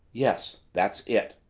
yes that's it,